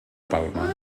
palma